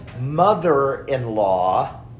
mother-in-law